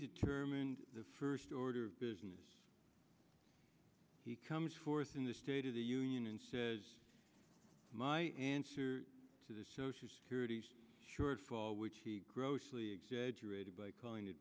determined the first order of business he comes forth in the state of the union and my answer to the social security's shortfall which he grossly exaggerated by calling